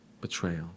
Betrayal